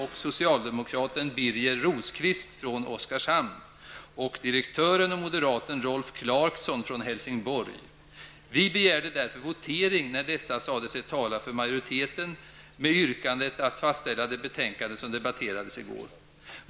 Clarkson från Helsingborg. Vi begärde därför votering när dessa ledamöter sade sig tala för majoriteten med yrkandet att fastställa det betänkande som debatterades i går.